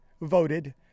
voted